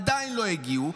עדיין לא הגיעו.